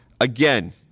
Again